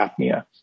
apnea